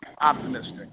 optimistic